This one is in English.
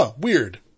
weird